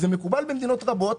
זה מקובל במדינות רבות.